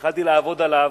כשהתחלתי לעבוד עליו,